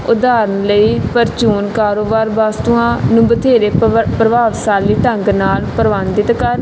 ਉਦਾਹਰਣ ਲਈ ਪ੍ਰਚੂਨ ਕਾਰੋਬਾਰ ਵਸਤੂਆਂ ਨੂੰ ਬਥੇਰੇ ਪਵਰ ਪ੍ਰਭਾਵਸ਼ਾਲੀ ਢੰਗ ਨਾਲ ਪ੍ਰਵਾਨਿਤ ਕਰਨ